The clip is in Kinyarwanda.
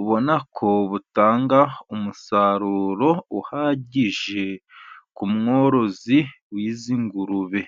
Ubona ko butanga umusaruro uhagije ku mworozi w'izi ngurube.